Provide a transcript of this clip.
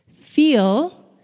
Feel